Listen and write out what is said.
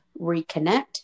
reconnect